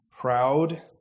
proud